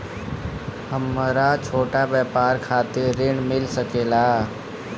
हमरा छोटा व्यापार खातिर ऋण मिल सके ला?